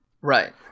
Right